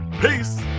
Peace